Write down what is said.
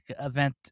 event